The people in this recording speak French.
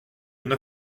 une